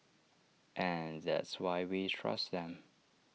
and that's why we trust them